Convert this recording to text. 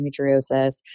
endometriosis